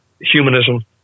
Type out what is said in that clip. Humanism